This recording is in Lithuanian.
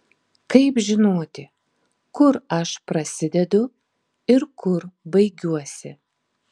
kaip žinoti kur aš prasidedu ir kur baigiuosi